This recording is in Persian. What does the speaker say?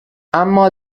اما